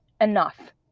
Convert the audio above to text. enough